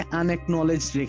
unacknowledged